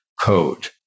Code